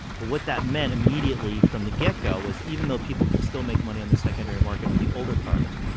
but what that meant immediately from the get-go was even though people could still make money on the secondary market of the older cards,